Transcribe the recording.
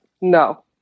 No